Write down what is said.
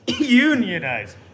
Unionize